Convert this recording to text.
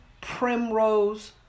primrose